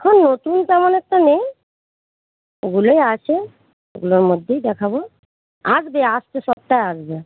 এখন নতুন তেমন একটা নেই ওগুলোই আছে ওগুলোর মধ্যেই দেখাব আসবে আসছে সপ্তাহে আসবে